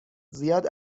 زیاد